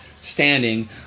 Standing